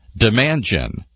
Demandgen